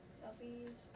selfies